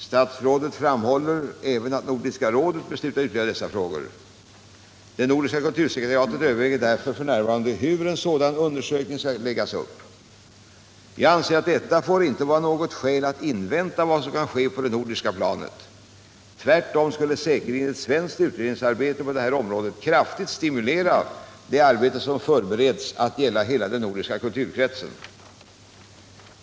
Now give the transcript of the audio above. Statsrådet framhåller även att Nordiska rådet beslutat utreda dessa frågor. Det nordiska kultursekretariatet överväger därför f.n. hur en sådan undersökning skall kunna läggas upp. Jag anser att detta får inte vara något skäl att invänta vad som kan ske på det nordiska planet. Tvärtom skulle säkerligen ett svenskt utredningsarbete på detta område kraftigt stimulera det arbete som förbereds att gälla hela den nordiska kulturkretsen.